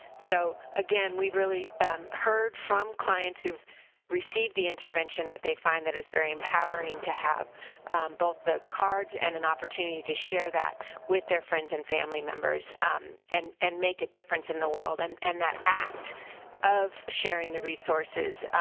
so, again, we really heard from clients who've received the intervention that they find that it's very empowering to have both the cards and an opportunity to share that with their friends and family members and and make a difference in the world. and and that act of sharing the resources,